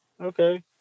Okay